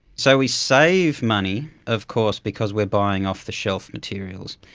so we save money of course because we are buying off-the-shelf materials.